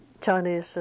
Chinese